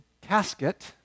casket